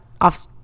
off